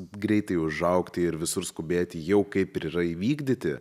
greitai užaugti ir visur skubėti jau kaip ir yra įvykdyti